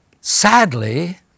sadly